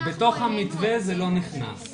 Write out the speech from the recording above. בתוך המתווה זה לא נכנס,